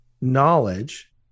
knowledge